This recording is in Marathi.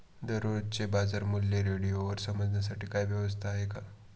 दररोजचे बाजारमूल्य रेडिओवर समजण्यासाठी काही व्यवस्था आहे का?